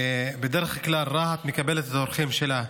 בדרך כלל רהט מקבלת את האורחים שלה,